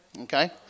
okay